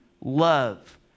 love